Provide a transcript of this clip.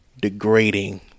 degrading